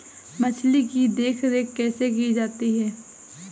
मछली की देखरेख कैसे की जाती है?